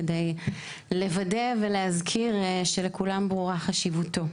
כדי לוודא ולהזכיר שלכולם ברורה חשיבותו.